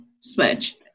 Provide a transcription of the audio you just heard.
switch